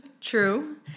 true